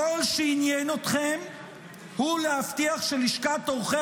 כל שעניין אתכם הוא להבטיח שלשכת עורכי